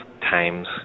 times